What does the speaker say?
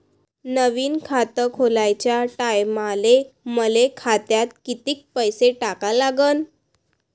नवीन खात खोलाच्या टायमाले मले खात्यात कितीक पैसे टाका लागन?